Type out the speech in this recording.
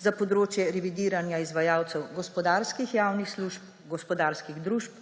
za področje revidiranja izvajalcev gospodarskih javnih služb, gospodarskih družb,